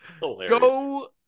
Go